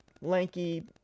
lanky